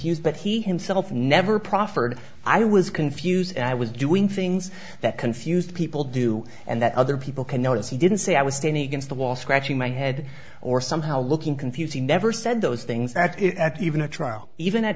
confused but he himself never proffered i was confused and i was doing things that confused people do and that other people can notice he didn't say i was standing against the wall scratching my head or somehow looking confusing never said those things that even a trial even